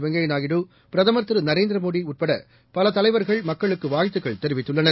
வெங்கையநாயுடு தலைவர் நரேந்திரமோடிஉட்படபலர் தலைவர்கள் மக்களுக்குவாழ்த்துக்கள் தெரிவித்துள்ளனர்